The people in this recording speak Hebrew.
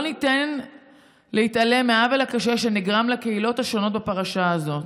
לא ניתן להתעלם מהעוול הקשה שנגרם לקהילות השונות בפרשה הזאת.